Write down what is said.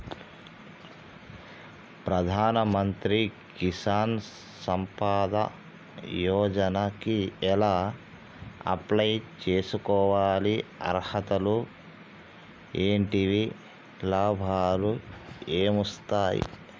ప్రధాన మంత్రి కిసాన్ సంపద యోజన కి ఎలా అప్లయ్ చేసుకోవాలి? అర్హతలు ఏంటివి? లాభాలు ఏమొస్తాయి?